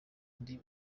ndi